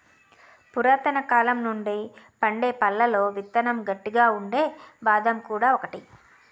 పురాతనకాలం నుండి పండే పళ్లలో విత్తనం గట్టిగా ఉండే బాదం కూడా ఒకటి